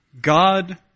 God